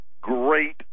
great